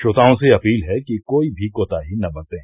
श्रोताओं से अपील है कि कोई भी कोताही न बरतें